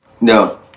No